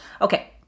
okay